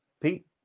Pete